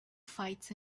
fights